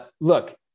look